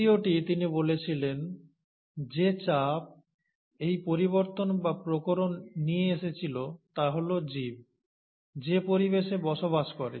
দ্বিতীয়টি তিনি বলেছিলেন যে চাপ এই পরিবর্তন বা প্রকরণ নিয়ে এসেছিল তা হল জীব যে পরিবেশে বসবাস করে